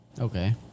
Okay